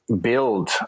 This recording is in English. build